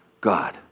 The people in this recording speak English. God